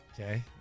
Okay